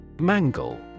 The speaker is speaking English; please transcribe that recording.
Mangle